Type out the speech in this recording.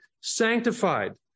sanctified